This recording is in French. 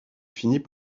finit